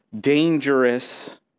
dangerous